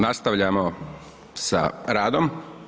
Nastavljamo sa radom.